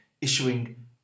issuing